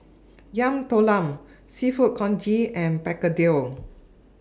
Yam Talam Seafood Congee and Begedil